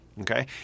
okay